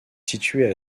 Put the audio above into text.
situé